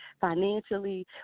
Financially